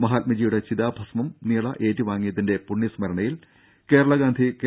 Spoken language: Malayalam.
മഹാത്മജിയുടെ ചിതാഭസ്മം നിള ഏറ്റുവാങ്ങിയതിന്റെ പുണ്യ സ്മരണയിൽ കേരള ഗാന്ധി കെ